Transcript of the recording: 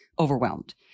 overwhelmed